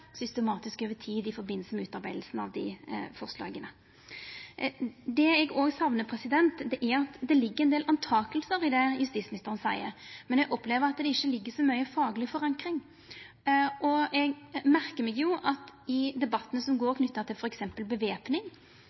over tid i samband med utarbeidinga av dei forslaga. Det ligg ein del vurderingar i det justisministeren seier, men eg opplever at det ikkje ligg så mykje fagleg forankring – det saknar eg òg. Eg merkar meg at i debatten som føregår knytt til